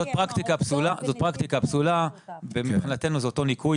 זאת פרקטיקה פסולה ומבחינתנו זה אותו ניכוי